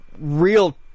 real